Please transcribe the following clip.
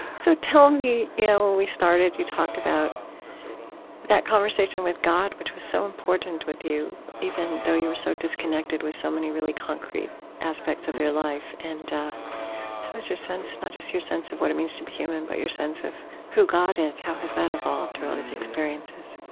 so tell me. you know when we started, you talked about that conversation with god, which was so important with you even though you were so disconnected with so many really concrete aspects of your life. and how is your sense, not just your sense of what it means to be human, but your sense of who god is how has that evolved ah experiences?